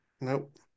Nope